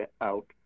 out